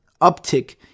uptick